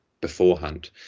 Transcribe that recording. beforehand